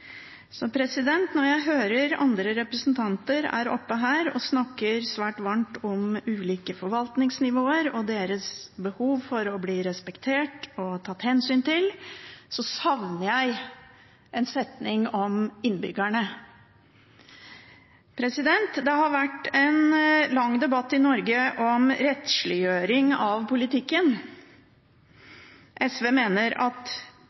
Så når jeg hører andre representanter er oppe og snakker svært varmt om ulike forvaltningsnivåer og deres behov for å bli respektert og tatt hensyn til, savner jeg en setning om innbyggerne. Det har vært en lang debatt i Norge om rettsliggjøring av politikken. SV mener at